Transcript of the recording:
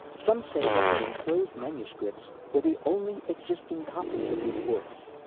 some say that the enclosed manuscripts were the only existing copies of these works,